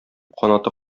канаты